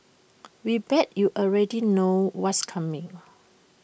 we bet you already know what's coming